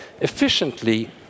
efficiently